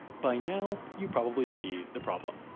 by now, you probably see the problem.